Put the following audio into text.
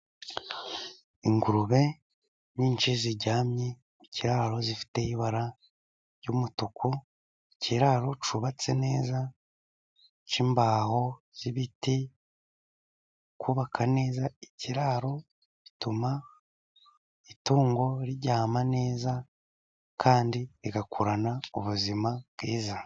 Ingurube nyinshi ziryamye mu kiraro, zifite ibara ry'umutuku. Ikiraro cyubatse neza, cy'imbaho z'ibiti. Kubaka neza ikiraro bituma itungo riryama neza, kandi rigakurana ubuzima bwiza.